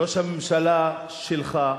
ראש הממשלה שלך,